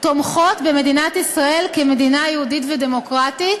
תומכות במדינת ישראל כמדינה יהודית ודמוקרטית,